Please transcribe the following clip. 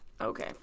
Okay